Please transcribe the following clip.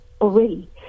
already